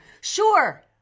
sure